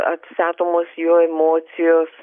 atstatomos jo emocijos